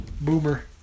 Boomer